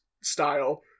style